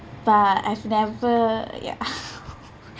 but I've never ya